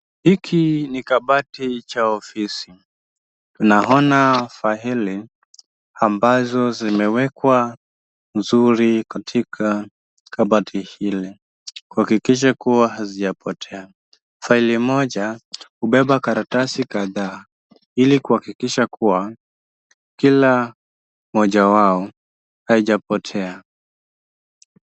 Hiki ni kabati cha ofisi, tunaona faili ambazo zimewekwa vizuri katika kabati ile, kuhakikisha kuwa hazijapotea, faili moja hubeba karatasi kadha ili kuhakikisha kuwa kila moja yao haijapotea.